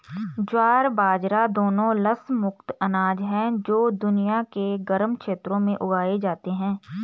ज्वार बाजरा दोनों लस मुक्त अनाज हैं जो दुनिया के गर्म क्षेत्रों में उगाए जाते हैं